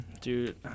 Dude